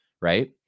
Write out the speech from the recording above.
Right